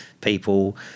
people